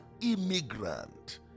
immigrant